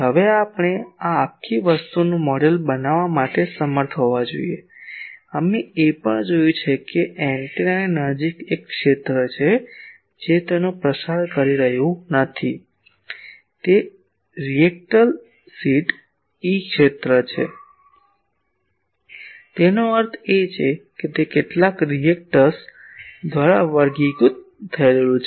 તેથી હવે આપણે આ આખી વસ્તુનું મોડેલ બનાવવા માટે સમર્થ હોવા જોઈએ અમે એ પણ જોયું છે કે એન્ટેનાની નજીક એક ક્ષેત્ર છે જે તેનો પ્રસાર કરી રહ્યું નથી તે રીએક્ટસશીલ ઇ ક્ષેત્ર છે તેનો અર્થ એ કે તે કેટલાક રીએક્ટસ દ્વારા વર્ગીકૃત થયેલ હોવું જોઈએ